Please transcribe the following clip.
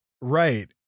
right